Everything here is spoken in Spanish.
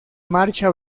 marcha